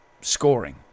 scoring